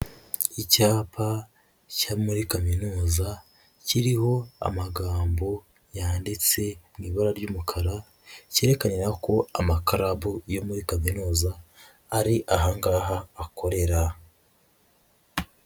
Icyapa cyo muri kaminuza kiriho amagambo yanditse mu ibara ry'umukara, cyerekana ko amakarabu yo muri kaminuza ari aha ngaha akorera.